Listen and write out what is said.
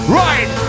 right